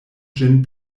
ĝin